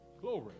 glory